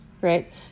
right